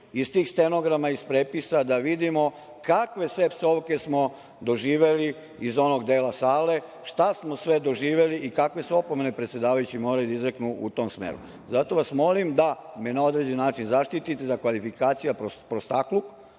iz tih stenograma, iz prepisa da vidimo kakve sve psovke smo doživeli iz onog dela sale, šta smo sve doživeli i kakve su opomene predsedavajući morali da izreknu u tom smeru. Zato vas molim da me na određeni način zaštitite za kvalifikacije prostakluk,